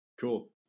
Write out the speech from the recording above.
Cool